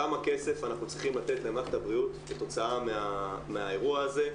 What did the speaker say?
כמה כסף אנחנו צריכים לתת למערכת הבריאות כתוצאה מהאירוע הזה.